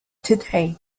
today